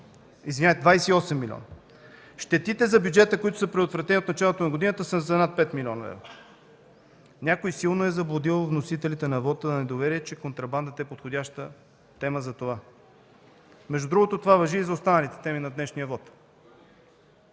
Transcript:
началото на годината. Щетите за бюджета, които са предотвратени от началото на годината, са за над 5 млн. лв. Някой силно е заблудил вносителите на вота на недоверие, че контрабандата е подходяща тема за това. Между другото, то важи и за останалите теми на днешния вот.